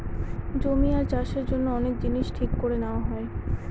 জমি আর চাষের জন্য অনেক জিনিস ঠিক করে নেওয়া হয়